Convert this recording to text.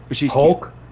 Hulk